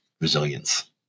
resilience